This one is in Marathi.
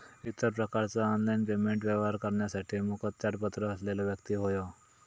इतर प्रकारचा ऑनलाइन पेमेंट व्यवहार करण्यासाठी मुखत्यारपत्र असलेलो व्यक्ती होवो